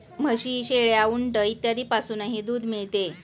म्हशी, शेळ्या, उंट इत्यादींपासूनही दूध मिळते